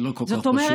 זה לא כל כך פשוט,